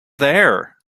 there